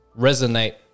resonate